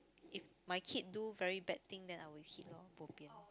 if my kid do very bad thing then I will hit loh bobian